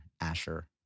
Asher